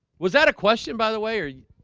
was that a question by the way, or you?